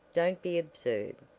don't be absurd.